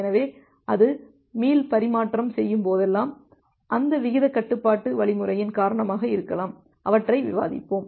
எனவே அது மீள்பரிமாற்றம் செய்யும்போதெல்லாம் அந்த விகிதக் கட்டுப்பாட்டு வழிமுறையின் காரணமாக இருக்கலாம் அவற்றை விவாதிப்போம்